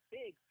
big